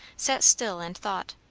sat still and thought.